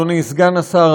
אדוני סגן השר,